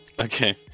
Okay